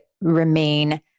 remain